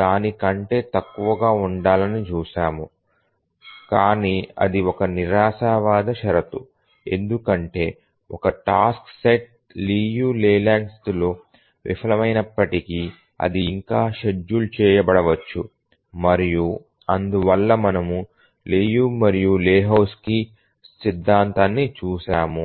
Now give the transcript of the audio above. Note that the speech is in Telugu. దాని కంటే తక్కువగా ఉండాలని చూశాము కాని ఇది ఒక నిరాశావాద షరతు ఎందుకంటే ఒక టాస్క్ సెట్ లియు లేలాండ్ స్థితిలో విఫలమైనప్పటికీ అది ఇంకా షెడ్యూల్ చేయబడవచ్చు మరియు అందువల్ల మనము లియు మరియు లెహోజ్కీ సిద్ధాంతాన్ని చూశాము